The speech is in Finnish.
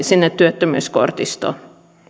sinne työttömyyskortistoon